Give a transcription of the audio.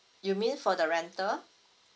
you mean for the rental